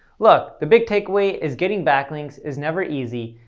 look, the big take away is getting backlinks is never easy,